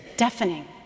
deafening